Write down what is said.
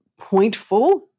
pointful